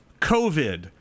COVID